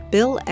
Bill